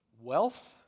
Wealth